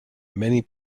many